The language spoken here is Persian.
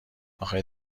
آخه